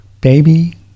baby